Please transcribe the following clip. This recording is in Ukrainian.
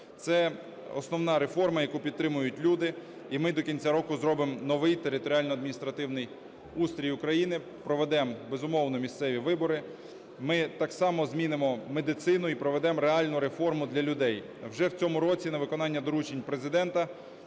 Це основна реформа, яку підтримують люди. І ми до кінця року зробимо новий територіально-адміністративний устрій України. Проведемо, безумовно, місцеві вибори. Ми так само змінимо медицину і проведемо реальну реформу для людей. Вже в цьому році на виконання доручень Президента